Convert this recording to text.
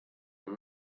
and